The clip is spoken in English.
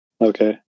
Okay